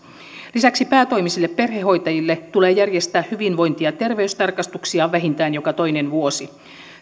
lisäksi päätoimisille perhehoitajille tulee järjestää hyvinvointi ja terveystarkastuksia vähintään joka toinen vuosi